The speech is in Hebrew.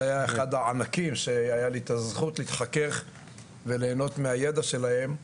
שהיה אחד הענקים שהיה לי את הזכות להתחכך ולהנות מהידע שלהם,